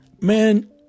Man